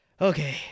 okay